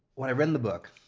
when i read the book,